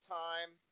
time